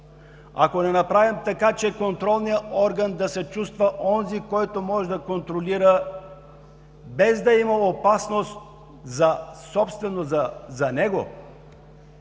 ако не направим така, че контролният орган да се чувства онзи, който може да контролира, без да има опасност собствено